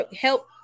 help